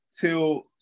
till